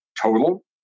total